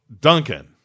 Duncan